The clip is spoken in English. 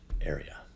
area